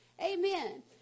Amen